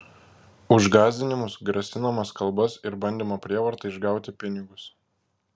už gąsdinimus grasinamas kalbas ir bandymą prievarta išgauti pinigus